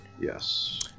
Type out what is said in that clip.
Yes